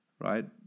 right